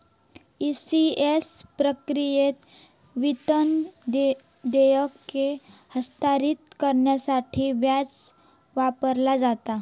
ECS प्रक्रियेत, वेतन देयके हस्तांतरित करण्यासाठी व्याज वापरला जाता